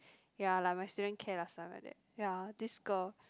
ya like my student care last time like that ya this girl